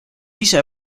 ise